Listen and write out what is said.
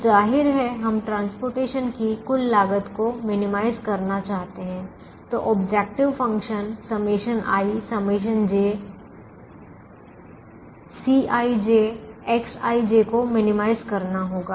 तो जाहिर है हम परिवहन की कुल लागत को न्यूनतम करना करना चाहते हैं तो objective function ∑i ∑j Cij Xij को न्यूनतम करना होगा